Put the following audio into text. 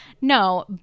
No